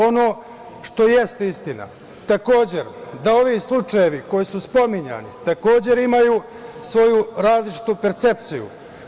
Ono što jeste istina, takođe, da ovi slučajevi koji su spominjani takođe imaju svoju različitu percepciju.